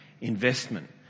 investment